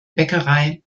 bäckerei